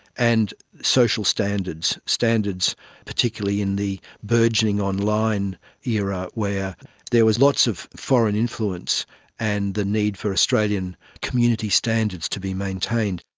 and social standards, standards particularly in the burgeoning online era where there was lots of foreign influence and the need for australian community standards to be maintained.